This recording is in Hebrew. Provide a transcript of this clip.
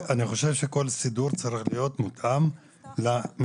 אני חושב שכל סידור צריך להיות מותאם למטופל.